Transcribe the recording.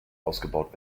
ausgebaut